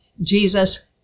Jesus